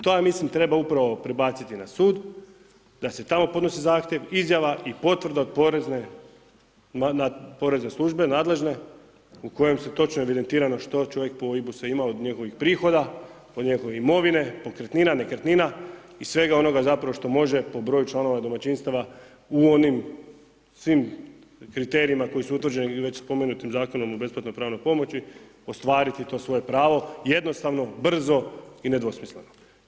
To ja mislim da treba upravo prebaciti na sud, da s tamo podnosi zahtjev, izjava i potvrda od porezne službe nadležne u kojoj je točno evidentirano što čovjek po OIB-u sve ima od njegovih prihoda, od njegove imovine, pokretnina, nekretnina i svega onoga što zapravo može po broju članova domaćinstava u onim svim kriterijima koji su utvrđeni već spomenutim Zakonom o besplatnoj pravnoj pomoći, ostvariti to svoje pravo, jednostavno, brzo i nedvosmisleno.